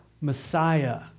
Messiah